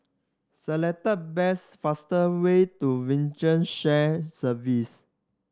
select the best fastest way to Shared Service